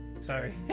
Sorry